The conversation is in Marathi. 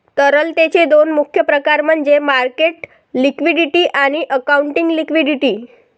तरलतेचे दोन मुख्य प्रकार म्हणजे मार्केट लिक्विडिटी आणि अकाउंटिंग लिक्विडिटी